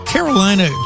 Carolina